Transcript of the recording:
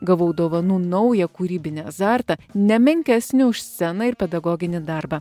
gavau dovanų naują kūrybinį azartą ne menkesnį už sceną ir pedagoginį darbą